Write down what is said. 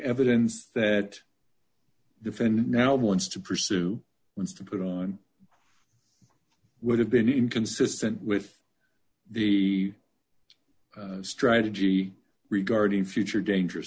evidence that defendant now wants to pursue wants to put on would have been inconsistent with the strategy regarding future dangerous